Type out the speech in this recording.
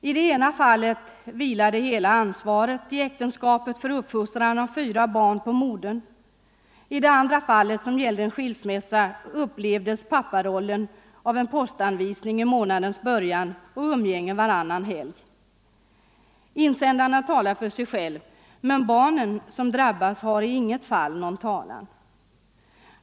I det ena fallet vilade hela ansvaret i äktenskapet för uppfostran av fyra barn på modern. I det andra fallet, som gällde en skilsmässa, upplevdes papparollen genom en postanvisning i månadens början och umgänge varannan helg. Insändarna talar för sig själva, men barnen som drabbas har i inget fall någon talan.